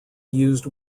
used